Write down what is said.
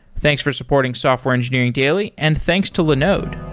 thanks for supporting software engineering daily, and thanks to linode.